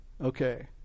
okay